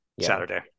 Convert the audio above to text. Saturday